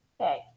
Okay